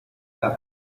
hora